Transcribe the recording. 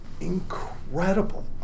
incredible